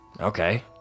Okay